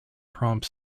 prompt